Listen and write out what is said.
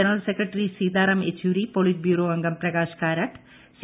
general secretary Sitaram Yechury politburo അംഗം Prakash Karat C